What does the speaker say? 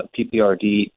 PPRD